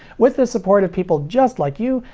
with the support of people just like you,